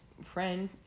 friend